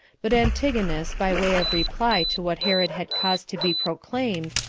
but antigonus, by way of reply to what herod had caused to be proclaimed,